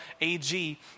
AG